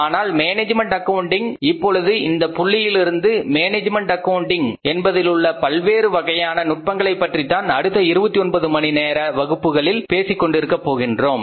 அடுத்ததாக management accounting இப்பொழுது இந்த புள்ளியிலிருந்து மேனேஜ்மெண்ட் ஆக்கவுண்டிங் என்பதிலுள்ள பல்வேறுவகையான நுட்பங்களைப் பற்றி தான் அடுத்த 29 மணி நேர வகுப்புகளில் பேசிக்கொண்டிருக்கப் போகிறோம்